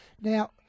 now